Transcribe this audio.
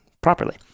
properly